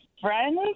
friends